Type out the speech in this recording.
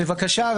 בבקשה,